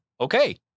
okay